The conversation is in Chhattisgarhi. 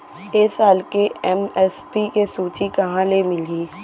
ए साल के एम.एस.पी के सूची कहाँ ले मिलही?